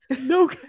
no